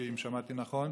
אם שמעתי נכון,